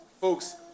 Folks